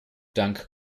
dank